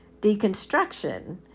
deconstruction